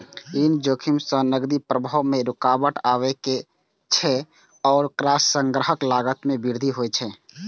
ऋण जोखिम सं नकदी प्रवाह मे रुकावट आबै छै आ संग्रहक लागत मे वृद्धि होइ छै